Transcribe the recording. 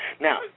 Now